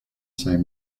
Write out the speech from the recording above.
same